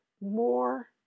more